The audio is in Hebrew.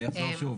אני אחזור שוב.